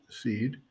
seed